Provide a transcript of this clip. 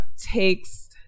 takes